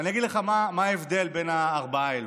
ואני אגיד לך מה ההבדל בין הארבעה האלו: